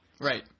Right